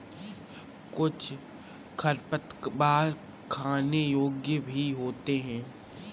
कुछ खरपतवार खाने योग्य भी होते हैं